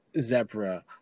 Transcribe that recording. Zebra